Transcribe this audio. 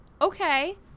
Okay